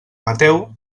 mateu